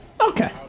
Okay